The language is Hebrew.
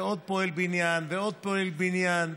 ועוד פועל בניין, ועוד פועל בניין.